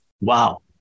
Wow